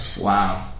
Wow